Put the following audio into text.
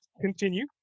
Continue